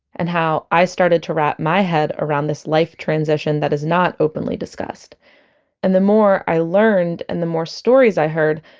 and how i started to wrap my head around this life transition that is not openly discussed and then more i learned, and the more stories i heard,